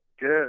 Good